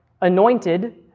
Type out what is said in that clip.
anointed